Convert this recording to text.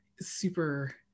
super